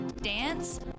dance